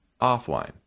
offline